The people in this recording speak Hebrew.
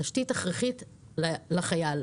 תשתית הכרחית לחייל.